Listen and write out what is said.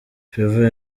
favor